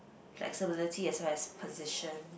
flexibility as well as position